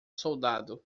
soldado